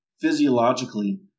physiologically